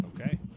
okay